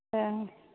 तऽ